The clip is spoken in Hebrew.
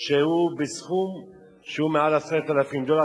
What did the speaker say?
שהוא בסכום שהוא מעל 10,000 דולר,